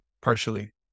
partially